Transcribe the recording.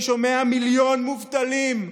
אני שומע מיליון מובטלים,